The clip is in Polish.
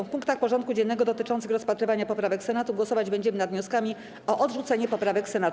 W punktach porządku dziennego dotyczących rozpatrywania poprawek Senatu głosować będziemy nad wnioskami o odrzucenie poprawek Senatu.